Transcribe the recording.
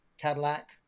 Cadillac